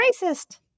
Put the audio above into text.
racist